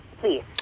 Please